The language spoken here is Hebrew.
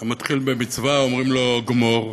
"המתחיל במצווה אומרים לו גמור".